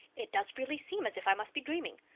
it does really seem as if i must be dreaming.